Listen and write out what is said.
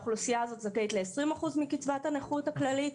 האוכלוסייה הזאת זכאים ל-20 אחוזים מקצבת הנכות הכללית.